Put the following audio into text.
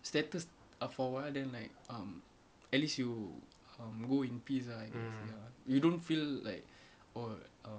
status err for awhile then like um at least you um go in peace ah like ya you don't feel like oh um